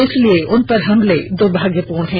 इसलिए उनपर हमले दुर्भाग्यपूर्ण हैं